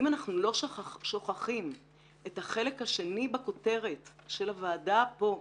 אם אנחנו לא שוכחים את החלק השני בכותרת של הוועדה פה,